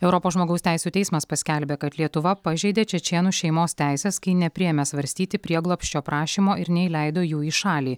europos žmogaus teisių teismas paskelbė kad lietuva pažeidė čečėnų šeimos teises kai nepriėmė svarstyti prieglobsčio prašymo ir neįleido jų į šalį